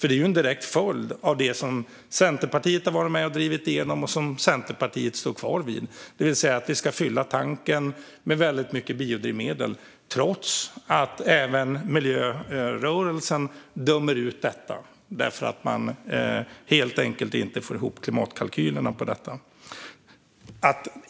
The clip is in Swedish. Det är en direkt följd av det som Centerpartiet har varit med och drivit igenom och som Centerpartiet står kvar vid, det vill säga fylla tanken med mycket biodrivmedel, trots att även miljörörelsen dömer ut detta - man får helt enkelt inte ihop klimatkalkylerna.